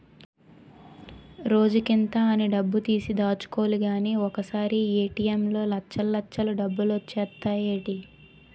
రోజుకింత అని డబ్బుతీసి దాచుకోలిగానీ ఒకసారీ ఏ.టి.ఎం లో లచ్చల్లచ్చలు డబ్బులొచ్చేత్తాయ్ ఏటీ?